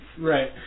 Right